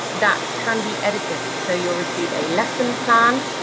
that can be edited so you'll receive a lesson plan,